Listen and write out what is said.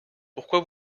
pourquoi